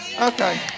okay